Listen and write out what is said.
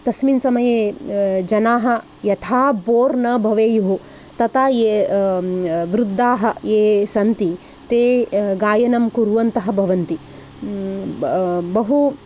तस्मिन् समये जनाः यथा बोर् न भवेयुः तथा वृद्धाः ये सन्ति ते गायनं कुर्वन्तः भवन्ति बहु